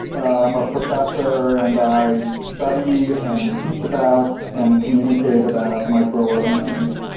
i'm a professor, and i study and teach about and communicate about microorganisms.